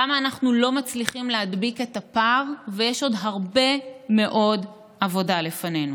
כמה אנחנו לא מצליחים להדביק את הפער ויש עוד הרבה מאוד עבודה לפנינו.